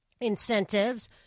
incentives –